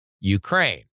Ukraine